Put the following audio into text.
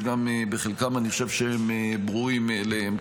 וגם בחלקם אני חושב שהם ברורים מאליהם.